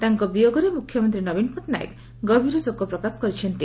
ତାଙ୍କ ବିୟୋଗରେ ମୁଖ୍ୟମନ୍ତୀ ନବୀନ ପଟ୍ଟନାୟକ ଗଭୀର ଶୋକ ପ୍ରକାଶ କରିଛନ୍ତି